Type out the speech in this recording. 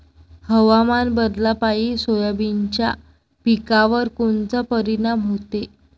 हवामान बदलापायी सोयाबीनच्या पिकावर कोनचा परिणाम होते?